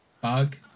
Bug